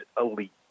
elite